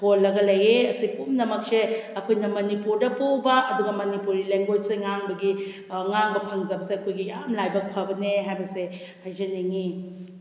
ꯊꯣꯜꯂꯒ ꯂꯩꯌꯦ ꯑꯁꯤ ꯄꯨꯝꯅꯃꯛꯁꯦ ꯑꯩꯈꯣꯏꯅ ꯃꯅꯤꯄꯨꯔꯗ ꯄꯣꯛꯎꯕ ꯑꯗꯨꯒ ꯃꯅꯤꯄꯨꯔꯤ ꯂꯦꯡꯒ꯭ꯋꯦꯖꯁꯤ ꯉꯥꯡꯕꯒꯤ ꯉꯥꯡꯕ ꯐꯪꯖꯕꯁꯦ ꯑꯩꯈꯣꯏꯒꯤ ꯌꯥꯝ ꯂꯥꯏꯕꯛ ꯐꯕꯅꯦ ꯍꯥꯏꯕꯁꯦ ꯍꯥꯏꯖꯅꯤꯡꯉꯤ